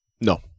No